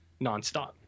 nonstop